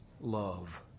love